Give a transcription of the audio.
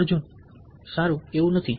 અર્જુન સારું એવું નથી